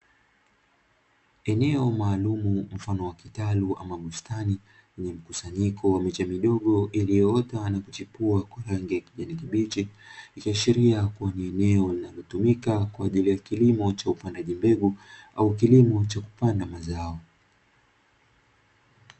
Eneo maalumu mfano wa kitalu ama bustani lenye mkusanyiko wa miche midogo iliyoota na kuchipua kwa rangi ya kijani kibichi, ikiashiria kuwa ni eneo linalotumika kwa ajili ya kilimo cha upandaji mbegu, au kilimo cha kupanda mazao.